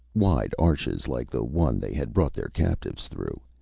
wide arches like the one they had brought their captives through,